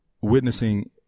witnessing